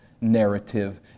narrative